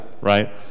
right